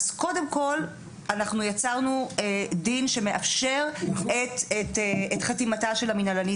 קודם כול אנחנו יצרנו דין שמאפשר את חתימתה של המנהלית,